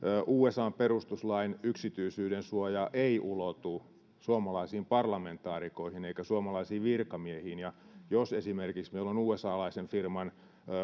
usan perustuslain yksityisyydensuoja ei ulotu suomalaisiin parlamentaarikoihin eikä suomalaisiin virkamiehiin ja jos esimerkiksi meillä on käytössä usalaisen firman